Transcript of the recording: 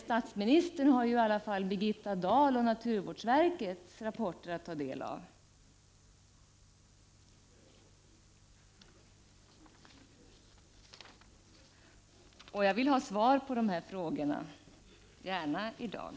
Statsministern har åtminstone Birgitta Dahl och kan ta del av naturvårdsverkets rapporter. Jag vill ha svar på de här frågorna, gärna i dag.